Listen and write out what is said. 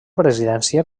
presidència